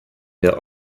der